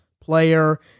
player